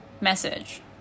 message